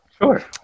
Sure